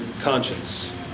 conscience